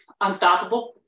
Unstoppable